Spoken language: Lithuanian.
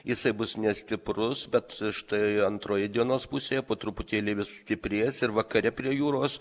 jisai bus nestiprus bet štai antroje dienos pusėje po truputėlį vis stiprės ir vakare prie jūros